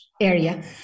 area